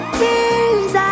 tears